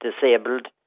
disabled